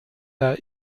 der